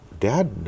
dad